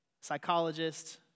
psychologist